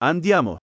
Andiamo